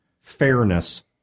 fairness